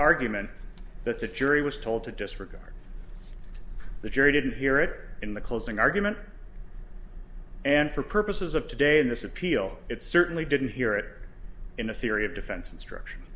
argument that the jury was told to disregard the jury didn't hear it in the closing argument and for purposes of today in this appeal it certainly didn't hear it in the theory of defense instruction